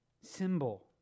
symbol